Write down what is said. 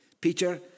Peter